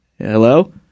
Hello